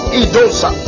idosa